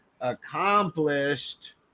accomplished